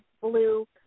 blue